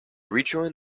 rejoined